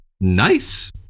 Nice